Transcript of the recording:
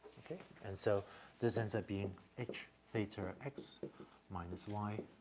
and so this ends up being h theta x minus y